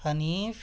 Hanif